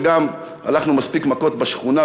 וגם הלכנו מספיק מכות בשכונה,